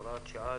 הוראת שעה,